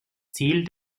ziel